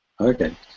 Okay